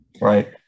Right